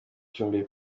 icumbi